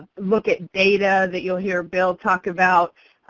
look at data that you'll hear bill talk about,